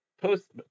post